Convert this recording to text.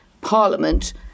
Parliament